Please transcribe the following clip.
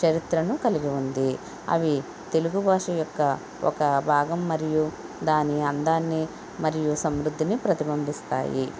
చరిత్రను కలిగి ఉంది అవి తెలుగు భాష యొక్క ఒక భాగం మరియు దాని అందాన్ని మరియు సమృద్ధిని ప్రతిబింబిస్తాయి